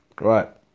right